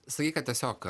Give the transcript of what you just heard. sakei kad tiesiog